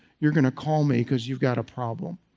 you're going to call me because you've got a problem.